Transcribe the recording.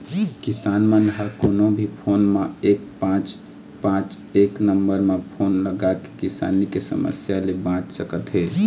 किसान मन ह कोनो भी फोन म एक पाँच पाँच एक नंबर म फोन लगाके किसानी के समस्या ले बाँच सकत हे